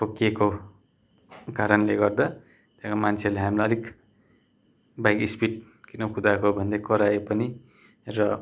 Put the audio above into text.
ठोक्किएको कारणले गर्दा मान्छेहरूले हामीलाई अलिक बाइक स्पिड किन कुदाएको भन्दै कराए पनि र